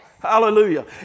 Hallelujah